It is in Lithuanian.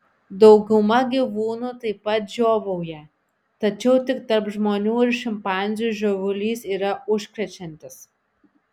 dauguma gyvūnų taip pat žiovauja tačiau tik tarp žmonių ir šimpanzių žiovulys yra užkrečiantis